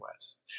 West